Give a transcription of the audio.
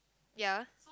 ya